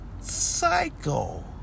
Psycho